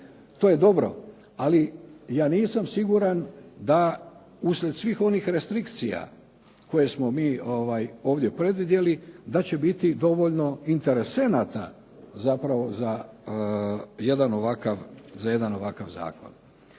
To je dobro ali ja nisam siguran da usred svih onih restrikcija koje smo mi ovdje predvidjeli da će biti dovoljno interesenata zapravo za jedan ovakav zakon.